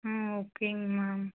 ம் ஓகேங்க மேம்